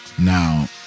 Now